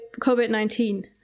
COVID-19